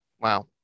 Wow